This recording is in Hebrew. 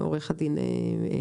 עורך הדין אייל.